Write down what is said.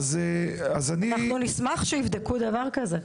אותן, אנחנו נשמח שיבדקו דבר כזה.